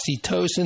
oxytocin